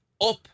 Up